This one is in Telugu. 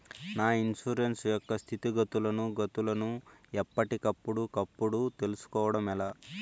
నా ఇన్సూరెన్సు యొక్క స్థితిగతులను గతులను ఎప్పటికప్పుడు కప్పుడు తెలుస్కోవడం ఎలా?